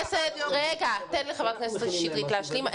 רגע, תן לחברת הכנסת שטרית להשלים.